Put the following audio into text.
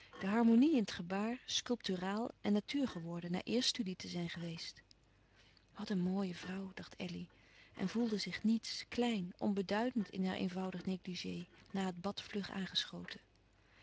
de harmonie in het gebaar sculpturaal en natuur geworden na eerst studie te zijn geweest wat een mooie vrouw dacht elly en voelde zich niets klein onbeduidend in haar eenvoudig négligé na het bad vlug aangeschoten